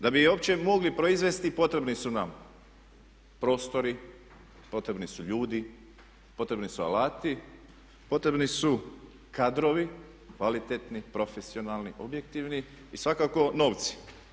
Da bi je uopće mogli proizvesti potrebni su nam prostori, potrebni su ljudi, potrebni su alati, potrebni su kadrovi, kvalitetni, profesionalni, objektivni i svakako novci.